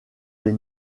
des